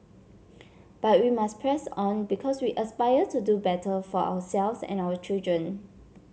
but we must press on because we aspire to do better for ourselves and our children